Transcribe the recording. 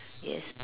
yes